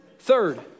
Third